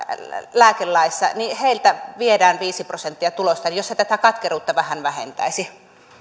lääkelaissa viedään viisi prosenttia tuloista jos se tätä katkeruutta vähän vähentäisi aivan